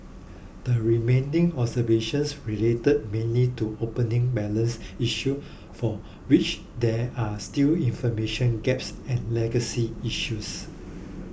the remaining observations relate mainly to opening balance issues for which there are still information gaps and legacy issues